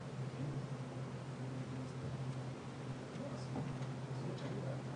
כל המטרה של הסעיף הזה הייתה לייצר איזה שהיא הלימה.